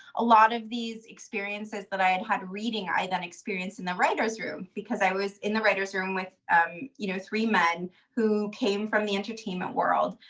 a lot of these experiences that i had had reading, i then experienced in the writer's room. i was in the writer's room with you know three men who came from the entertainment world,